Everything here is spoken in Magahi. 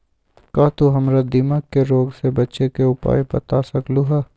का तू हमरा दीमक के रोग से बचे के उपाय बता सकलु ह?